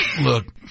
look